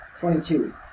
Twenty-two